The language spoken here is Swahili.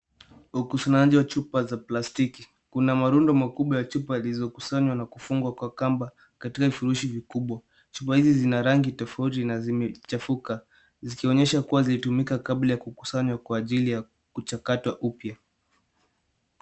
Ukusanyaji wa chupa za plastiki. Kuna marundo makubwa ya chupa yalizokusanywa na kufungwa kwa kamba katika vifurushi vikubwa chupa hizi zina rangi tofauti na zimechafuka zikionyesha kua zilitumika kabla ya kukusanywa kwa ajili ya kuchakatwa upia.